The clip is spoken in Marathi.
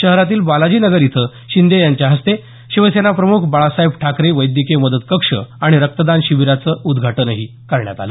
शहरातील बालाजी नगर इथं शिंदे यांच्या हस्ते शिवसेनाप्रम्ख बाळासाहेब ठाकरे वैद्यकीय मदत कक्ष आणि रक्तदान शिबीराचं उद्घाटनही करण्यात आल